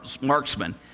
marksman